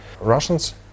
Russians